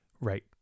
Right